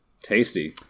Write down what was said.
Tasty